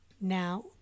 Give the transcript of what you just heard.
Now